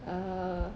err